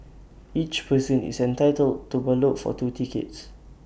each person is entitled to ballot for two tickets